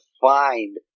find